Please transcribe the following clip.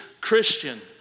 Christian